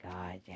God